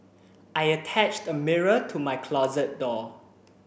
I attached a mirror to my closet door